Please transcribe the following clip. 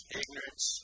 ignorance